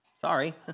sorry